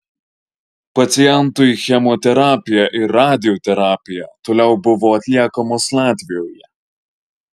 pacientui chemoterapija ir radioterapija toliau buvo atliekamos latvijoje